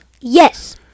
Yes